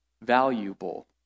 valuable